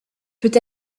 peut